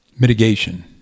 Mitigation